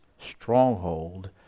stronghold